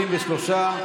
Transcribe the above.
23,